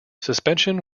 suspension